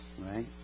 right